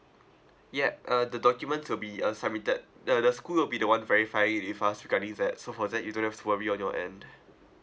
yup uh the documents will be uh submitted uh the school will be the one verifying it with us regarding that so for that you don't have to worry on your end